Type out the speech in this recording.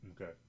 Okay